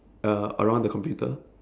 uh around the computer